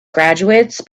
graduates